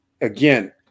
again